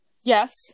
Yes